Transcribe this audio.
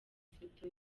ifoto